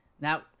Now